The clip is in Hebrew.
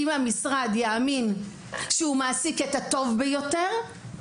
אם המשרד יאמין שהוא מעסיק את הטוב ביותר,